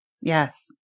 Yes